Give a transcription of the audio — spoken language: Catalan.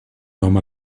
nom